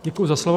Děkuji za slovo.